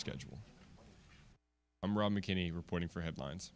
schedule i'm around mckinney reporting for headlines